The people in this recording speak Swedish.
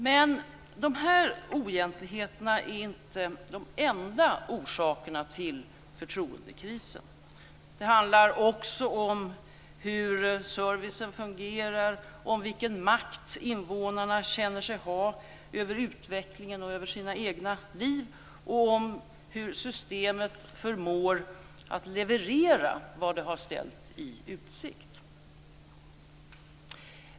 Men de här oegentligheterna är inte de enda orsakerna till förtroendekrisen. Det handlar också om hur servicen fungerar, om vilken makt invånarna känner sig ha över utvecklingen och över sina egna liv och om hur systemet förmår leverera vad det har ställt i utsikt.